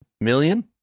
Million